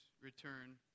return